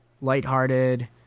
lighthearted